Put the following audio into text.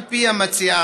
על פי המציעה,